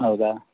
ಹೌ್ದಾ